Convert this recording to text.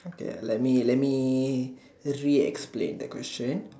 okay let me let just re explain the question